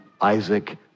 Isaac